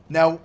Now